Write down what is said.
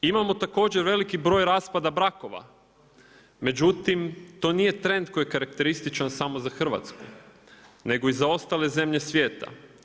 Imamo također veliki broj raspada brakova, međutim to nije trend koji je karakterističan samo za Hrvatsku nego i za ostale zemlje svijeta.